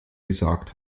gesagt